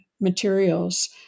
materials